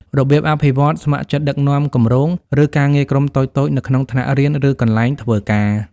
របៀបអភិវឌ្ឍន៍ស្ម័គ្រចិត្តដឹកនាំគម្រោង ឬការងារក្រុមតូចៗនៅក្នុងថ្នាក់រៀន ឬកន្លែងធ្វើការ។